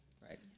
Right